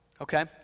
okay